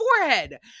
forehead